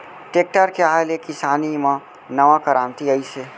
tractor के आए ले किसानी म नवा करांति आइस हे